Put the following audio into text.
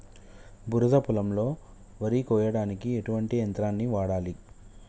బురద పొలంలో వరి కొయ్యడానికి ఎటువంటి యంత్రాన్ని వాడాలి?